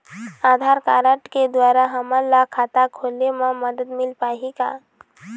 आधार card के द्वारा हमन ला खाता खोले म मदद मिल पाही का?